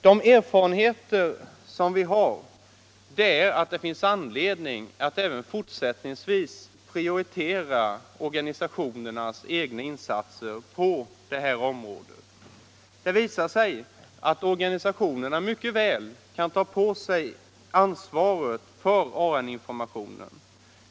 De erfarenheter som vi har är att det finns anledning att även fortsättningsvis prioritera organisationernas egna insatser på detta område. Det har visat sig att organisationerna mycket väl kan ta på sig ansvaret för informationen.